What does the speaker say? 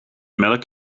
melk